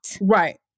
Right